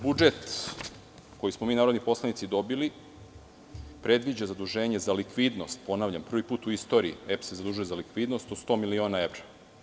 Budžet, koji smo mi narodni poslanici dobili, predviđa zaduženje za likvidnost, ponavljam, prvi put u istoriji EPS se zadužuje za likvidnost od 100 miliona evra.